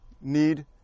need